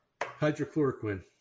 hydrochloroquine